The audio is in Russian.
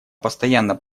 постоянно